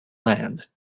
land